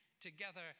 together